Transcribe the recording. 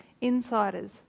Insiders